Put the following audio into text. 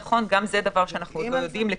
זה עוד דבר שאנחנו לא יודעים,